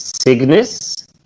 Cygnus